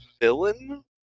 villain